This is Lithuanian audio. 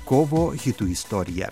kovo hitų istorija